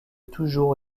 toujours